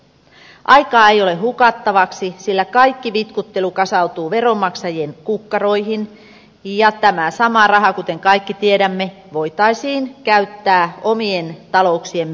aikaa ei ole hukattavaksi sillä kaikki vitkuttelu kasautuu veronmaksajien kukkaroihin ja tämä sama raha kuten kaikki tiedämme voitaisiin käyttää omien talouksiemme pyörittämiseen